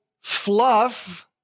fluff